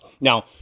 Now